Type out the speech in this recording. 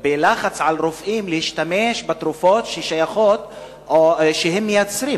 בלחץ על רופאים להשתמש בתרופות שהן מייצרות.